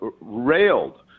railed